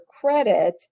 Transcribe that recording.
credit